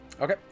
Okay